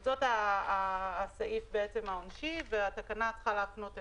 זה הסעיף העונשי והתקנה צריכה להפנות אליו.